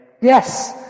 yes